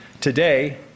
Today